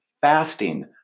fasting